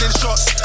shots